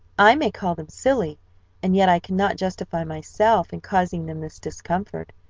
i may call them silly and yet i cannot justify myself in causing them this discomfort,